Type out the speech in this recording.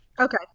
Okay